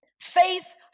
Faith